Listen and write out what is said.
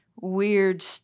weird –